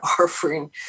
offering